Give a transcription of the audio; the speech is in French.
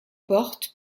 portes